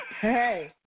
Hey